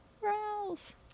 Ralph